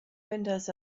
windows